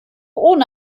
ohne